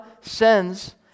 sends